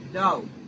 No